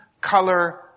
color